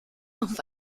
auf